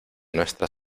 nuestra